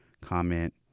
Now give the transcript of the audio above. comment